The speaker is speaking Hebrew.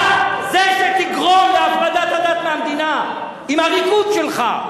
אתה זה שתגרום להפרדת הדת מהמדינה עם הריקוד שלך,